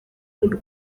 rwe